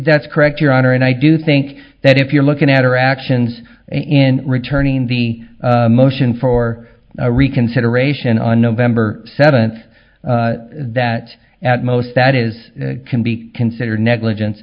that's correct your honor and i do think that if you're looking at her actions in returning the motion for reconsideration on november seventh that at most that is can be considered negligence